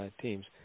teams